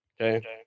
Okay